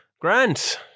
Grant